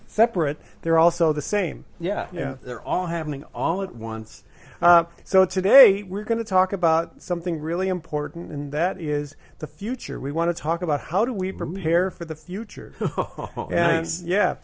separate they're also the same yeah yeah they're all happening all at once so today we're going to talk about something really important and that is the future we want to talk about how do we prepare for the future and yeah